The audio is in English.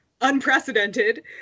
unprecedented